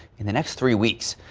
in the next three weeks,